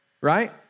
Right